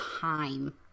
time